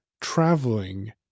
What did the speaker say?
traveling